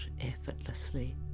effortlessly